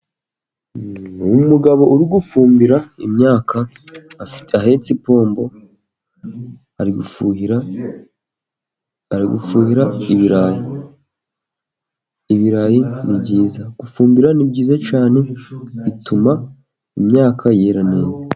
Umugabo uri gufumbira imyaka, ahetse ipombo, ari gufuhira, ari gufuhira ibirayi, ibirayi ni byiza. Gufumbira ni byiza cyane, bituma imyaka yera neza.